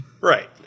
Right